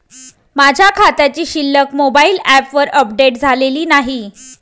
माझ्या खात्याची शिल्लक मोबाइल ॲपवर अपडेट झालेली नाही